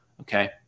okay